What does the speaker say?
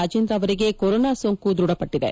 ರಾಜೇಂದ್ರ ಅವರಿಗೆ ಕೊರೋನಾ ಸೋಂಕು ದೃಢಪಟ್ಟಿದೆ